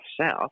south